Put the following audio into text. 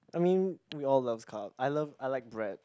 I mean we all loves carb I love I like bread